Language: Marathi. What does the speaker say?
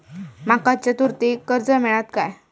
माका चतुर्थीक कर्ज मेळात काय?